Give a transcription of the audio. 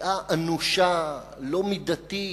פגיעה אנושה, לא מידתית,